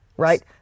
right